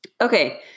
Okay